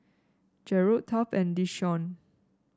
Gerold Taft and Deshawn